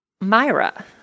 Myra